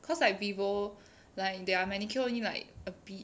cause like vivo like their manicure only like a bit